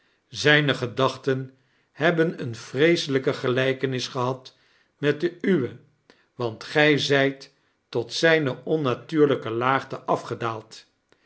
zijne gedachtien tiebben eene vreeseilijike gelrjkenis gehad met de uwe want gij zijt tot zijne onnatuurlrjke laagte afgedaald